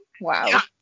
Wow